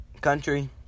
country